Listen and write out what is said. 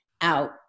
out